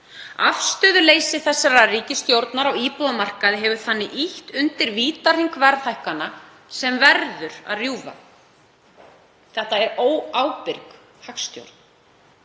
Afstöðuleysi þessarar ríkisstjórnar á íbúðamarkaði hefur þannig ýtt undir vítahring verðhækkana sem verður að rjúfa. Þetta er óábyrg hagstjórn.